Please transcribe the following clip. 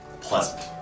pleasant